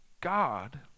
God